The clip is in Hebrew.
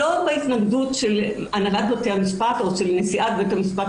לא בהתנגדות של הנהלת בתי המשפט או של נשיאת בית המשפט